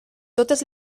totes